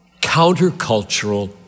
countercultural